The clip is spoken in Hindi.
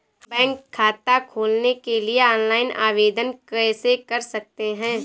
हम बैंक खाता खोलने के लिए ऑनलाइन आवेदन कैसे कर सकते हैं?